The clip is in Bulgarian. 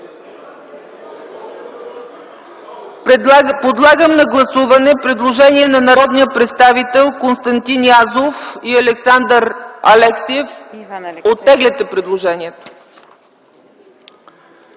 Подлагам на гласуване предложение на народните представители Константин Язов и Александър Алексиев. Оттегляте предложението